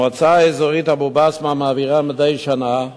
המועצה האזורית אבו-בסמה מעבירה מדי שנה,